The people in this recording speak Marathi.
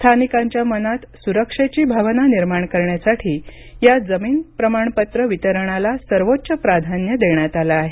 स्थानिकांच्या मनात सुरक्षेची भावना निर्माण करण्यासाठी या जमीन प्रमाणपत्र वितरणाला सर्वोच्च प्राधान्य देण्यात आलं आहे